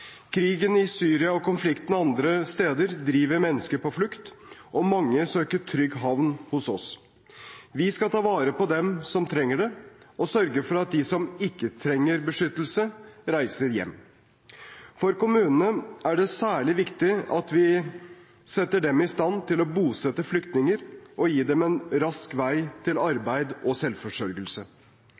Krigen i Syria og konflikter andre steder driver mennesker på flukt, og mange søker en trygg havn hos oss. Vi skal ta vare på dem som trenger det, og sørge for at de som ikke trenger beskyttelse, reiser hjem. For kommunene er det særlig viktig at vi setter dem i stand til å bosette flyktninger og gi dem en rask vei til arbeid og selvforsørgelse.